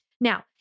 Now